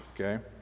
okay